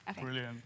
Brilliant